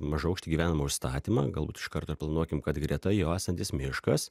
mažaaukštį gyvenamą užstatymą galbūt iš karto ir planuokim kad greta jo esantis miškas